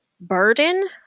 burden